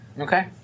Okay